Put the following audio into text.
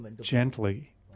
gently